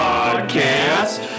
Podcast